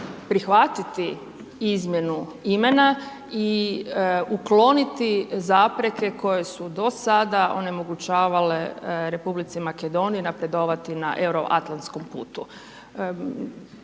prihvatiti izmjenu imena i ukloniti zapreke koje su do sada onemogućavale R. Makedoniji napredovati na euroatlantskom putu.